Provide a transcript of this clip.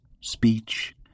speech